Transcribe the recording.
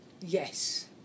Yes